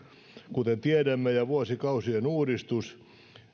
kuten tiedämme ja vuosikausien uudistus